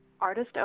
Artist